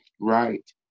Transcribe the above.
Right